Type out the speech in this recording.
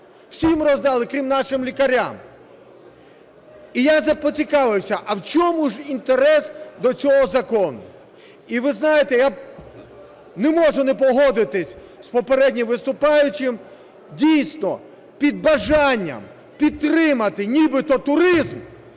Всім роздали, крім нашим лікарям. І я поцікавився, а в чому ж інтерес до цього закону. І ви знаєте, я не можу не погодитися з попереднім виступаючим, дійсно, під бажанням підтримати нібито туризм